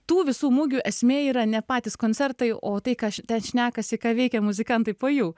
tų visų mugių esmė yra ne patys koncertai o tai ką ten šnekasi ką veikia muzikantai po jų